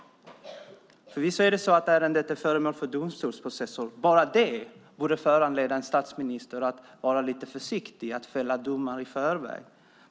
Bara det att frågan är föremål för en domstolsprocess borde föranleda en statsminister att vara lite försiktig med att fälla domar i förväg.